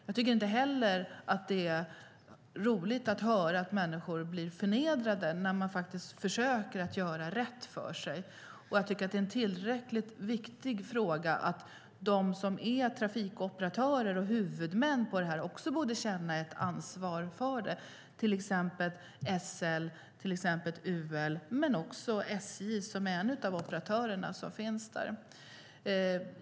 Jag tycker inte heller att det är roligt att höra att människor som försöker göra rätt för sig blir förnedrade, och jag tycker att det är en tillräckligt viktig fråga för att de som är trafikoperatörer och huvudmän för det här, till exempel SL, UL och SJ, också borde känna ett ansvar.